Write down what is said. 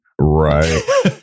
Right